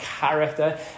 character